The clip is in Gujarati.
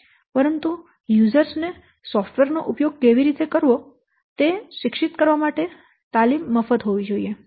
પરંતુ વપરાશકર્તાઓ ને સોફ્ટવેર નો ઉપયોગ કેવી રીતે કરવો તે શિક્ષિત કરવા માટે તાલીમ મફત હોવી જોઈએ